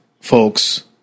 folks